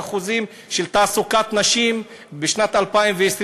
41% של תעסוקת נשים בשנת 2020,